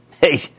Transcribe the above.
Hey